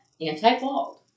anti-bald